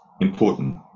important